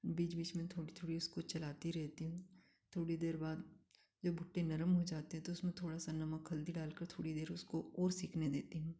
बीच बीच में थोड़ी थोड़ी उसको चलाती रहती हूँ थोड़ी देर बाद जब भुट्टे नरम हो जाते तो उसमें थोड़ा सा नमक हल्दी डालकर थोड़ी देर उसको और सेंकने देती हूँ